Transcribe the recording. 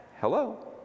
Hello